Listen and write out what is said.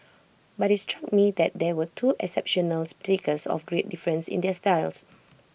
but IT struck me that there were two exceptional speakers of great difference in their styles